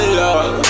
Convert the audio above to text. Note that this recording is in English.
love